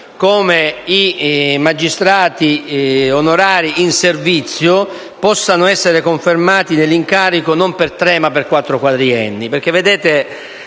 che i magistrati onorari in servizio possono essere confermati nell'incarico non per tre, ma per quattro mandati